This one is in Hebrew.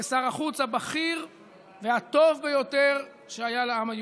כשר החוץ הבכיר והטוב ביותר שהיה לעם היהודי.